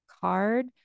card